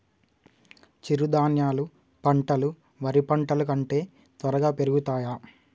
చిరుధాన్యాలు పంటలు వరి పంటలు కంటే త్వరగా పెరుగుతయా?